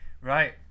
Right